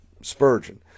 Spurgeon